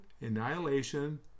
annihilation